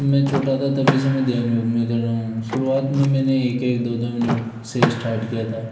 मैं छोटा था तभी से मैं ध्यान योग में कर रहा हूँ शुरुआत में मैंने एक एक दो दो मिनट से स्टार्ट किया था